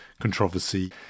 controversy